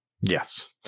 Yes